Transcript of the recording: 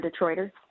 Detroiters